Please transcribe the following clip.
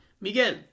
Miguel